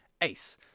ace